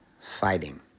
fighting